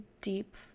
deep